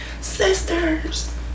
sisters